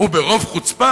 וברוב חוצפה,